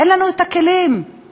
אין לנו את הכלים להשתמש.